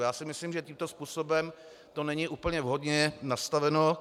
Já si myslím, že tímto způsobem to není úplně vhodně nastaveno.